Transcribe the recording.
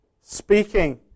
speaking